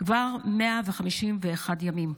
כבר 151 ימים.